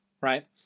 Right